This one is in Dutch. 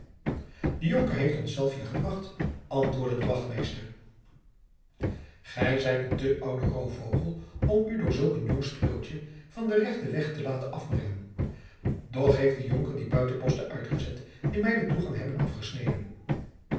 de jonker heeft ons zelf hier gebracht antwoordde de wachtmeester gij zijt een te oude roofvogel om u door zulk een jong spreeuwtje van den rechten weg te laten afbrengen doch heeft de jonker die buitenposten uitgezet die mij den toegang hebben afgesneden